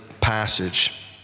passage